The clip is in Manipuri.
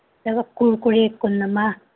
ꯀꯩ ꯍꯥꯏꯕ ꯀꯨꯔꯀꯨꯔꯦ ꯀꯨꯟ ꯑꯃ